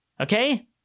Okay